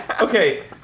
Okay